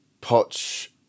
Potch